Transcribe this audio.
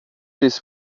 this